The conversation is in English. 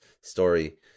story